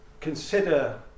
consider